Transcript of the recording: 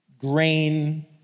grain